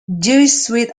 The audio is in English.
jesuit